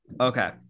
Okay